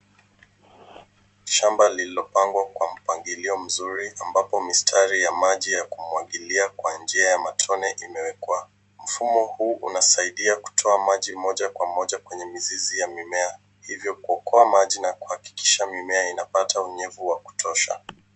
Shamba lililopangwa kwa mpangilio mzuri ambapo mistari ya maji ya kumwagilia kwa njia ya matone imewekwa. Mfumo huu unasaidia kutoa maji moja kwa moja kwenye mizizi ya mimea, hivyo kuokoa maji na kuhakikisha mimea inapata unyevu wa kutosha.